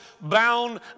bound